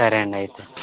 సరే అండి అయితే